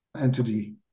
entity